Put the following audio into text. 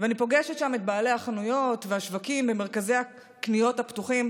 אני פוגשת שם את בעלי החנויות והשווקים במרכזי הקניות הפתוחים,